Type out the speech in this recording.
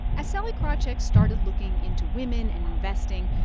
as sallie krawcheck started looking into women and investing,